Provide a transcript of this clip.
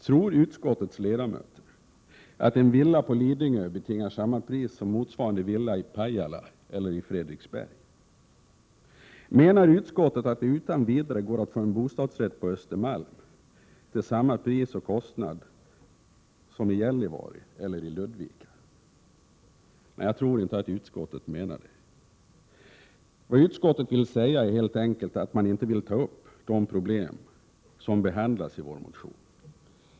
Tror utskottets ledamöter att en villa på Lidingö betingar samma pris som motsvarande villa i Pajala eller Fredriksberg? Menar utskottet att det utan vidare går att få en bostadsrätt på Östermalm till samma kostnad som i Gällivare eller Ludvika? Jag tror inte att utskottet menar det. Utskottet vill helt enkelt inte ta upp det problem som vår motion handlar om.